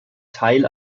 teil